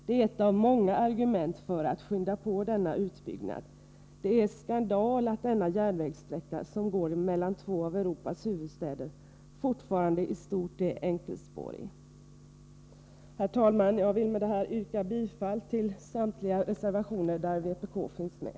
Det är ett av många argument för att skynda på denna utbyggnad. Det är en skandal att denna järnvägssträcka, som går mellan två av Europas huvudstäder, fortfarande i stort är enkelspårig. Herr talman! Jag vill med detta yrka bifall till samtliga reservationer där vpk finns med.